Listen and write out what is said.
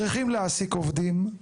צריכים להעסיק עובדים,